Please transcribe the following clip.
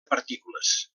partícules